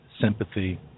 sympathy